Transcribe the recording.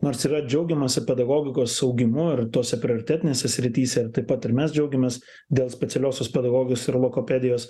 nors yra džiaugiamasi pedagogikos augimu ir tose prioritetinėse srityse ir taip pat ir mes džiaugiamės dėl specialiosios pedagogijos ir logopedijos